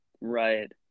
right